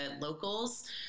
locals